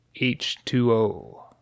H2O